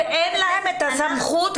ואין להם את הסמכות,